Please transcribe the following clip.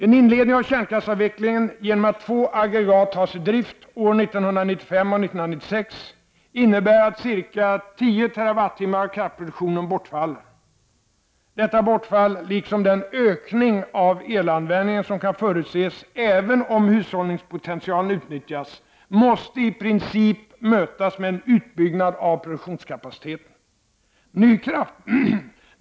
En inledning av kärnkraftsavvecklingen genom att två aggregat tas ur drift åren 1995 och 1996 innebär att ca 10 TWh av kraftproduktionen bortfaller. Detta bortfall liksom den ökning av elanvändningen som kan förutses även om hushållningspotentialen utnyttjas måste i princip mötas med en utbyggnad av produktionskapaciteten.